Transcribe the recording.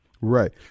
Right